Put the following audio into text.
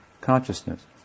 consciousness